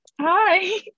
Hi